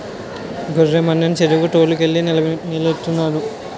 గొర్రె మందని చెరువుకి తోలు కెళ్ళి నీలెట్టినారు